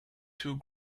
two